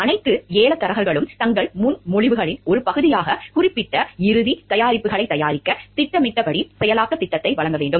அனைத்து ஏலதாரர்களும் தங்கள் முன்மொழிவுகளின் ஒரு பகுதியாக குறிப்பிட்ட இறுதி தயாரிப்புகளை தயாரிக்க திட்டமிடப்பட்ட செயலாக்க திட்டத்தை வழங்க வேண்டும்